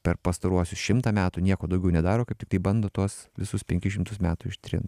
per pastaruosius šimtą metų nieko daugiau nedaro kaip tiktai bando tuos visus penkis šimtus metų ištrin